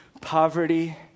poverty